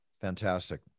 fantastic